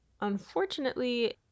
unfortunately